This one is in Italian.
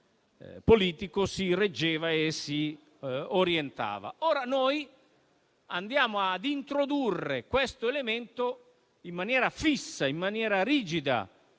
politico si reggeva e si orientava. Ora noi andiamo ad introdurre questo elemento in maniera fissa e rigida